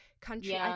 country